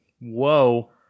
Whoa